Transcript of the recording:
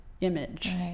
image